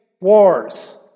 wars